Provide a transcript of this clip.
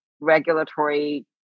regulatory